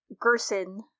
Gerson